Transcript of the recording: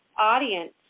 audience